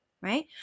right